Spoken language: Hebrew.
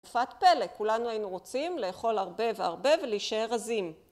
תרופת פלא. כולנו היינו רוצים לאכול הרבה והרבה ולהישאר רזים.